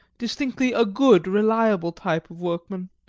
distinctly a good, reliable type of workman,